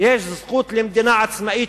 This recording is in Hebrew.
יש זכות למדינה עצמאית.